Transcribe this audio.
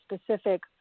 specific